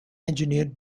engineered